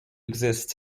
exist